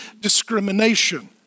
discrimination